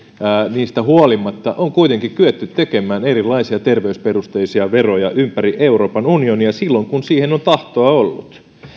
kannoista huolimatta on kuitenkin kyetty tekemään erilaisia terveysperusteisia veroja ympäri euroopan unionia silloin kun siihen on tahtoa ollut